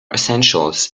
essentials